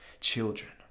children